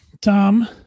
Tom